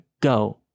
go